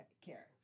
care